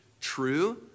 true